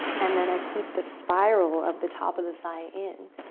and then i keep the spiral of the top of the thigh in.